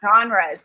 genres